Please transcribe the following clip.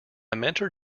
mentor